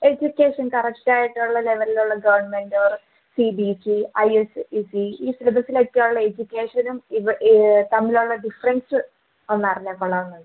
education കറക്റ്റായിട്ടുള്ള ലെവൽലുള്ള government or C B S E I S E C ഈ സിലബസിലൊക്കെയുള്ള എജുക്കേഷനും ഇവ ഇത് തമ്മിലുള്ള ഡിഫ്റൻസ് ഒന്ന് അറിഞ്ഞാൽ കൊള്ളാമെന്നുണ്ട്